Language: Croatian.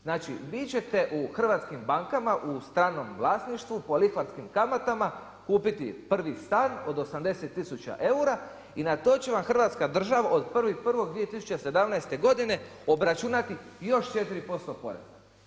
Znači vi ćete u hrvatskim bankama u stranom vlasništvu po lihvarskim kamatama kupiti prvi stan od 80 tisuća eura i na to će vam Hrvatska država od 1.1.2017. godine obračunati još 4% poreza.